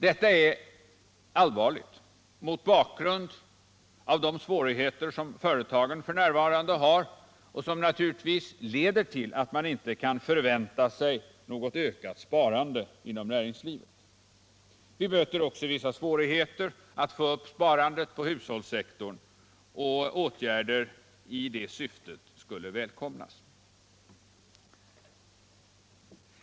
Detta är allvarligt mot bakgrund av de svårigheter som företagen f. n. har och som naturligtvis leder till att man inte kan förvänta sig något ökat sparande inom näringslivet. Vi möter också vissa svårigheter att få upp sparandet inom hushållssektorn, och åtgärder i det syftet skulle välkomnas.